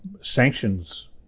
sanctions